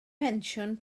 pensiwn